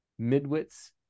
midwits